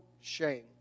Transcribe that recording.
shame